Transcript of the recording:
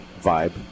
vibe